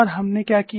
और हमने क्या किया